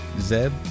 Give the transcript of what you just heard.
Zeb